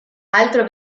altro